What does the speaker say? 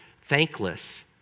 thankless